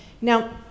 now